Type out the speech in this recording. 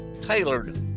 tailored